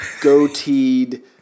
goateed